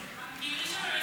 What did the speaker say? בר-חינוך?